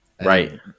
right